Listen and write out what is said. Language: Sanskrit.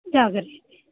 जागर्ष्यति